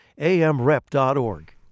amrep.org